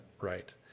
right